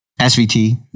SVT